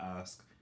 ask